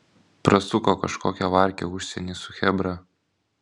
prasuko kažkokią varkę užsieny su chebra